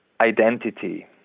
identity